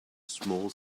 small